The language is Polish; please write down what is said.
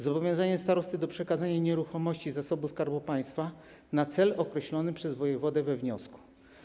Zobowiązanie starosty do przekazania nieruchomości zasobu Skarbu Państwa na cel określony przez wojewodę we wniosku.